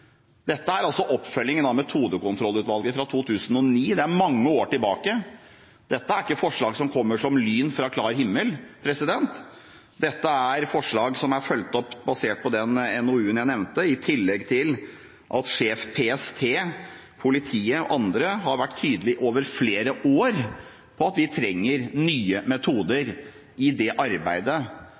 dette er altså oppfølgingen av Metodekontrollutvalget fra 2009 – mange år tilbake. Dette er ikke forslag som kommer som lyn fra klar himmel. Dette er forslag som er fulgt opp basert på den NOU-en jeg nevnte, i tillegg til at sjef PST, politiet og andre har vært tydelig over flere år på at vi trenger nye metoder i det arbeidet